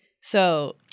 So-